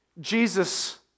Jesus